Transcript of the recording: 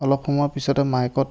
অলপ সময়ৰ পিছতে মাইকত